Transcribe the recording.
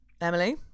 Emily